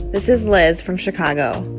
this is liz from chicago.